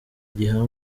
gihanwa